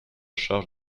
charge